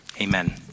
Amen